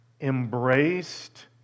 embraced